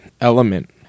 element